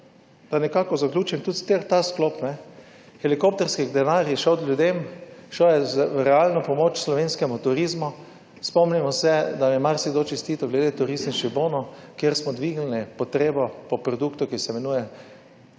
da nekako zaključim tudi ta sklop. Helikopterski denar je šel ljudem, šel je v realno pomoč slovenskemu turizmu. Spomnimo se, da je marsikdo čestital glede turističnih bonov, kjer smo dvignili potrebo po produktu, ki se imenuje